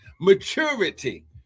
maturity